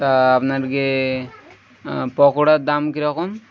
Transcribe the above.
তা আপনারকে পকোড়ার দাম কীরকম